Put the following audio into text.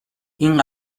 این